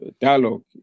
dialogue